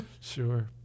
sure